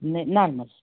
नहीं लाल मिर्च